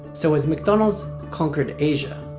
so has mcdonald's conquered asia?